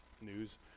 News